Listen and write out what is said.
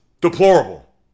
deplorable